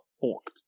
forked